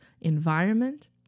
environment